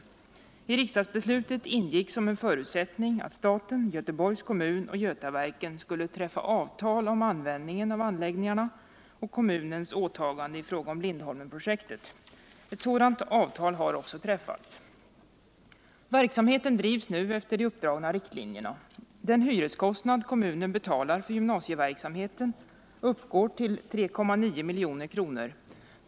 I riksdagsbeslutet ingick som en förutsättning att staten, Göteborgs kommun och Götaverken skulle träffa avtal om användningen av anläggningarna och kommunens åtaganden i fråga om Lindholmenprojektet. Ett sådant avtal har också träffats. Verksamheten drivs nu efter de uppdragna riktlinjerna. Den hyreskostnad kommunen betalar för gymnasieverksamheten uppgår till 3,9 milj.kr.